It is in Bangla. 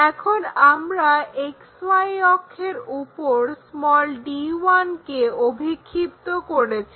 এখন আমরা XY অক্ষের উপর d1 কে অভিক্ষিপ্ত করেছি